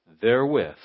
therewith